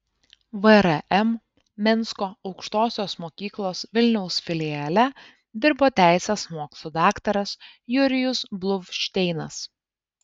vrm minsko aukštosios mokyklos vilniaus filiale dirbo teisės mokslų daktaras jurijus bluvšteinas